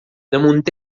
damunt